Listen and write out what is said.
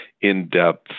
in-depth